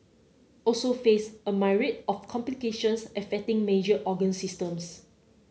also face a myriad of complications affecting major organ systems